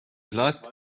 platt